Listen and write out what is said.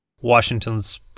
Washington's